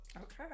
Okay